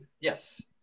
Yes